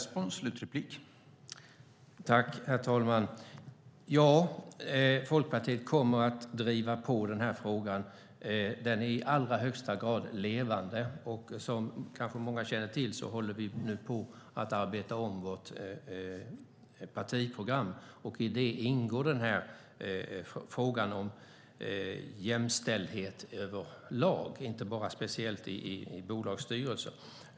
Herr talman! Ja, Folkpartiet kommer att driva på frågan. Den är i allra högsta grad levande. Som många säkert känner till håller vi nu på att arbeta om vårt partiprogram, och i det ingår frågan om jämställdhet överlag, inte bara vad beträffar bolagsstyrelser.